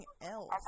else